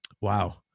wow